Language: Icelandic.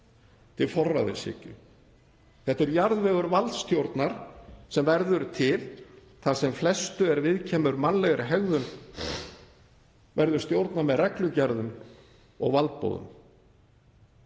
til forræðishyggju. Þetta er jarðvegur valdstjórnar sem verður til þar sem flestu er viðkemur mannlegri hegðun verður stjórnað með reglugerðum og valdboðum.